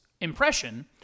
impression